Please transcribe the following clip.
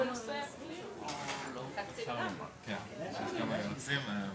בנוסף לנזקים האלה יש גם נזק כלכלי שחן הרצוג